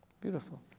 Beautiful